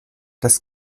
das